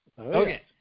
Okay